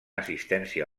assistència